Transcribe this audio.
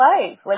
life